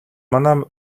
манай